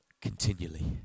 continually